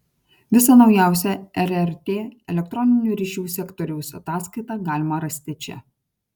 visą naujausią rrt elektroninių ryšių sektoriaus ataskaitą galima rasti čia